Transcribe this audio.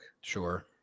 Sure